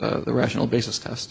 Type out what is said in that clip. the rational basis test